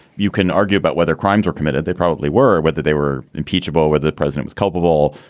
you can argue about whether crimes were committed. they probably were, whether they were impeachable, whether the president was culpable,